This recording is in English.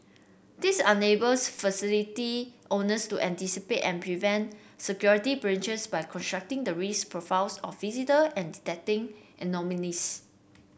this enables facility owners to anticipate and prevent security breaches by constructing the risk profiles of visitor and detecting anomalies